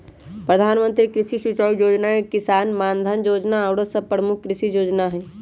प्रधानमंत्री कृषि सिंचाई जोजना, किसान मानधन जोजना आउरो सभ प्रमुख कृषि जोजना हइ